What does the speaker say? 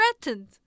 Threatened